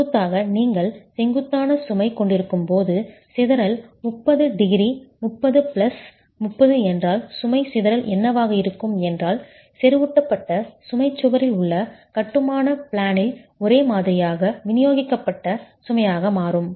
செங்குத்தாக நீங்கள் செங்குத்தான சுமை கொண்டிருக்கும் போது சிதறல் 30 டிகிரி 30 பிளஸ் 30 என்றால் சுமை சிதறல் என்னவாக இருக்கும் என்றால் செறிவூட்டப்பட்ட சுமை சுவரில் உள்ள கட்டுமான பிளேனில் ஒரே மாதிரியாக விநியோகிக்கப்பட்ட சுமையாக மாறும்